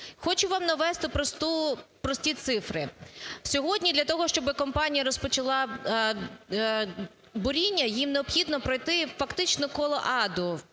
Хочу вам навести прості цифри. Сьогодні для того, щоб компанія розпочала буріння, їй необхідно пройти фактично колоаду,